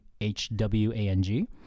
h-w-a-n-g